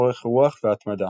אורך רוח והתמדה".